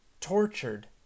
tortured